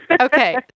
okay